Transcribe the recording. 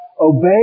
Obey